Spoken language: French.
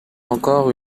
encore